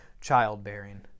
childbearing